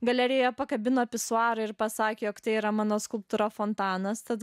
galerijoje pakabino pisuarą ir pasakė jog tai yra mano skulptūra fontanas tad